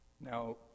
Now